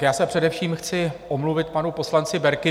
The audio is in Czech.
Já se především chci omluvit panu poslanci Berkimu.